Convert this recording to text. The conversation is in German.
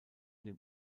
dem